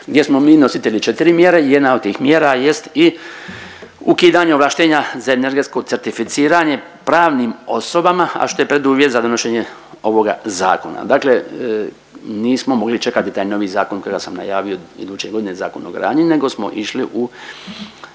gdje smo mi nositelji četiri mjere. Jedna od tih mjera jest i ukidanje ovlaštenja za energetsko certificiranje pravnim osobama, a što je preduvjet za donošenje ovoga zakona. Dakle, nismo mogli čekati taj novi zakon kojega sam najavio iduće godine Zakon o gradnji nego smo išli u